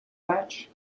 patch